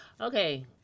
Okay